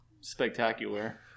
spectacular